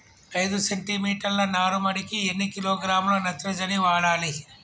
ఐదు సెంటి మీటర్ల నారుమడికి ఎన్ని కిలోగ్రాముల నత్రజని వాడాలి?